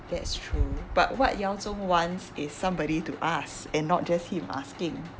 that's true but what yao zhong wants is somebody to ask and not just him asking